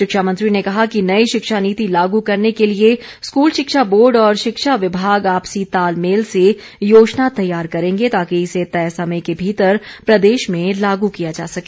शिक्षा मंत्री ने कहा कि नई शिक्षा नीति लागू करने के लिए स्कूल शिक्षा बोर्ड और शिक्षा विभाग आपसी तालमेल से योजना तैयार करेंगे ताकि इसे तय समय के भीतर प्रदेश में लागू किया जा सके